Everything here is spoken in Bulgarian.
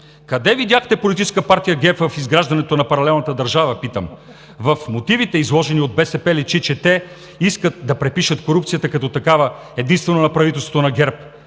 Къде видяхте Политическа партия ГЕРБ в изграждането на паралелната държава, питам? В мотивите, изложени от БСП, личи, че те искат да припишат корупцията като такава единствено на правителството на ГЕРБ,